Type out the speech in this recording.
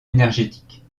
énergétique